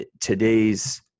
today's